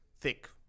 thick